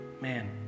man